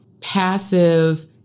passive